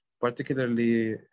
particularly